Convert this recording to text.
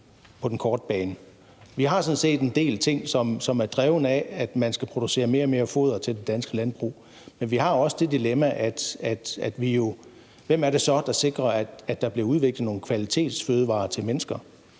på den korte bane. Vi har sådan set en del ting, som er drevet af, at man skal producere mere og mere foder til det danske landbrug, men vi har også det dilemma, hvem det så er, der sikrer, at der bliver udviklet nogle kvalitetsfødevarer til mennesker.